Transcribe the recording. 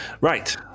Right